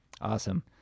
Awesome